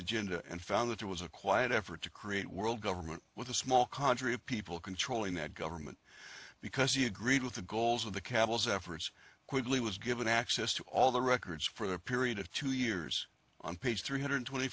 agenda and found that it was a quiet effort to create world government with a small condrey of people controlling that government because he agreed with the goals of the cavils efforts quigley was given access to all the records for a period of two years on page three hundred twenty